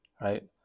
Right